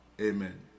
Amen